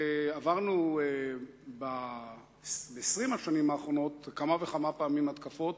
ועברנו ב-20 השנים האחרונות כמה וכמה פעמים התקפות